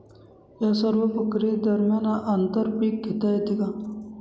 या सर्व प्रक्रिये दरम्यान आंतर पीक घेता येते का?